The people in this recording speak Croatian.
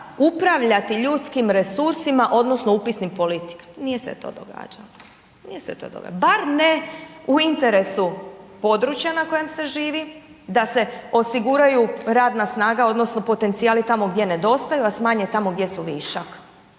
upravljate ljudskih resursima odnosno upisnim politikama, nije se to događalo, nije se to događalo bar ne u interesu područja na kojem se živi da se osiguraju radna snaga odnosno potencijali tamo gdje nedostaju a smanje tamo gdje su višak,